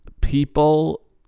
people